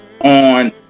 on